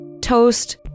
toast